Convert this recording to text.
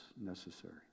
necessary